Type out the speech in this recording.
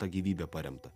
ta gyvybę paremta